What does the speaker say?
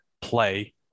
play